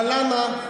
למה?